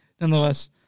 nonetheless